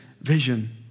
vision